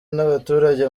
n’abaturage